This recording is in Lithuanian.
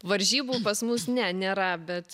varžybų pas mus ne nėra bet